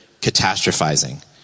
catastrophizing